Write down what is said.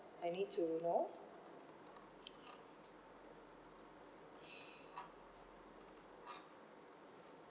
I need to know